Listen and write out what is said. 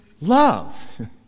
love